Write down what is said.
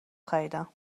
خریدم